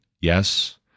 Yes